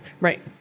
Right